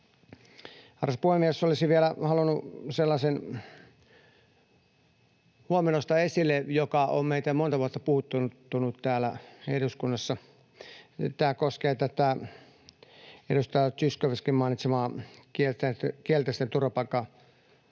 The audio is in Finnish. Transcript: Arvoisa puhemies! Olisin vielä halunnut sellaisen huomion nostaa esille, joka on meitä monta vuotta puhuttanut täällä eduskunnassa. Tämä koskee tätä edustaja Zyskowiczinkin mainitsemaa kielteisten turvapaikkapäätösten